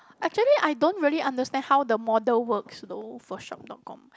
actually I don't really understand how the model works though for shop dot com